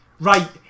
Right